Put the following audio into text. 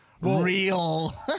real-